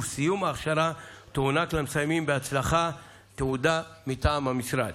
ובסיום ההכשרה תוענק למסיימים בהצלחה תעודה מטעם המשרד.